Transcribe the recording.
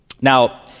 Now